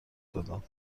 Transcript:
دادم